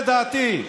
לדעתי.